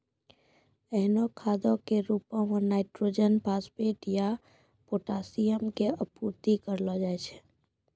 एहनो खादो के रुपो मे नाइट्रोजन, फास्फोरस या पोटाशियम के आपूर्ति करलो जाय छै